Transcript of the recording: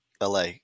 LA